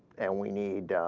and we need